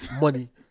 money